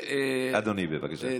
אדוני, בבקשה.